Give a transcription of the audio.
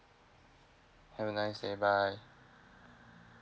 have a nice day bye